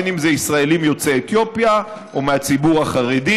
אם זה ישראלים יוצאי אתיופיה או מהציבור החרדי